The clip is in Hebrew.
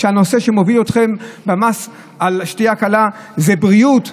הנושא שמוביל אתכם במס על שתייה קלה זה בריאות?